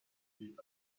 had